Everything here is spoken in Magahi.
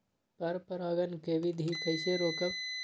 पर परागण केबिधी कईसे रोकब?